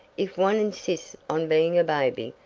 if one insists on being a baby,